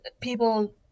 people